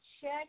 check